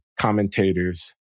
commentators